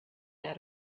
out